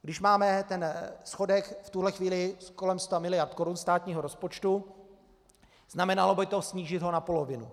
Když máme schodek v tuto chvíli kolem 100 mld. korun státního rozpočtu, znamenalo by to snížit ho na polovinu.